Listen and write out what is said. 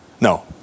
No